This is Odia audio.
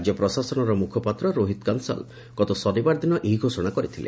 ରାଜ୍ୟ ପ୍ରଶାସନର ମ୍ରଖପାତ୍ ରୋହିତ କନସଲ୍ ଗତ ଶନିବାର ଦିନ ଏହି ଘୋଷଣା କରିଥିଲେ